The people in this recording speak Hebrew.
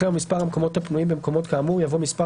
אחרי "ומספר המקומות הפנויים במקומות כאמור" יבוא "מספר